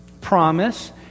promise